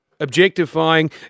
objectifying